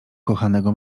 kochanego